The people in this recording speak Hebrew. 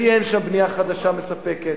כי אין שם בנייה חדשה מספקת,